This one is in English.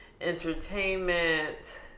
entertainment